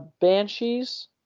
banshees